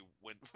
went